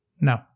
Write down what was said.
No